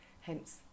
Hence